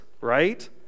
right